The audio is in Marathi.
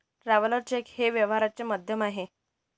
ट्रॅव्हलर चेक हे व्यवहाराचे माध्यम आहे